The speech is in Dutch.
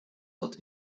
dat